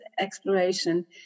exploration